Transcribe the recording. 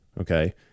Okay